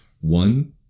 one